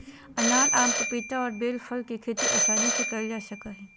अनार, आम, पपीता और बेल फल के खेती आसानी से कइल जा सकय हइ